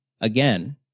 again